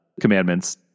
commandments